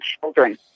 children